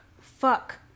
Fuck